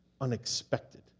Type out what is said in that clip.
unexpected